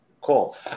Cool